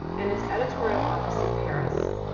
and its editorial office in paris.